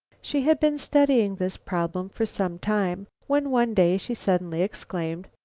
she had been studying this problem for some time when one day she suddenly exclaimed,